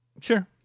Sure